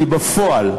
כי בפועל,